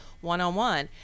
one-on-one